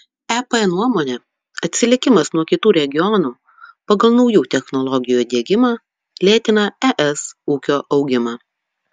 ep nuomone atsilikimas nuo kitų regionų pagal naujų technologijų diegimą lėtina es ūkio augimą